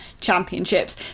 Championships